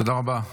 תודה רבה.